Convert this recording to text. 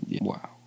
Wow